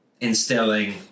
instilling